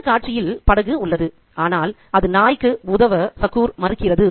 இந்த காட்சியில் படகு உள்ளது ஆனால் அது நாய்க்கு உதவ மறுக்கிறது